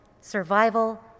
survival